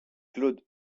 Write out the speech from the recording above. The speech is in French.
claude